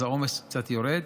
אז העומס קצת יורד.